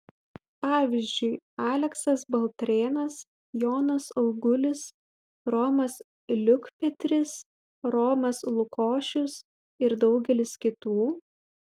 pavyzdžiui aleksas baltrėnas jonas augulis romas liukpetris romas lukošius ir daugelis kitų